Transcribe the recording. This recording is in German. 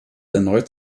erneut